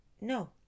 No